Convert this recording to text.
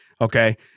Okay